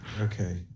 Okay